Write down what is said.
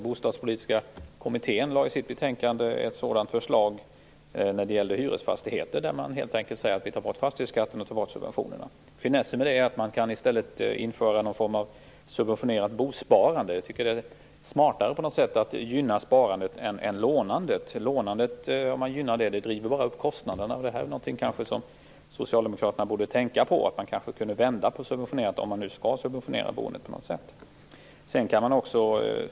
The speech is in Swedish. Bostadspolitiska kommittén har i sitt betänkande lagt fram ett sådant förslag beträffande hyresfastigheter. Man säger helt enkelt att fastighetsskatten och subventionerna skall tas bort. Finessen med det är att man i stället kan införa en form av subventionerat bosparande. På något sätt är det väl smartare att gynna sparandet än att gynna lånandet. Om lånandet gynnas drivs kostnaderna upp. Socialdemokraterna borde kanske tänka på alternativet med att vända på subventionerna - om nu boendet på något sätt skall subventioneras.